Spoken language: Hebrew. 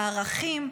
הערכים,